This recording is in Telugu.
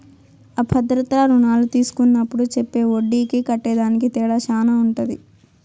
అ భద్రతా రుణాలు తీస్కున్నప్పుడు చెప్పే ఒడ్డీకి కట్టేదానికి తేడా శాన ఉంటది